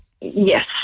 Yes